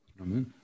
Amen